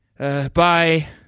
Bye